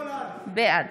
בעד